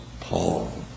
Paul